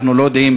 אנחנו לא יודעים.